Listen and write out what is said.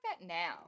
now